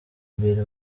mbere